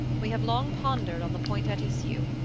we have long pondered on the point at issue,